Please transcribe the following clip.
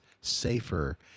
safer